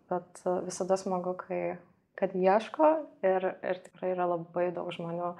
bet visada smagu kai kad ieško ir ir tikrai yra labai daug žmonių